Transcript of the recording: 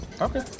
Okay